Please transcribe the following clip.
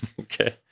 Okay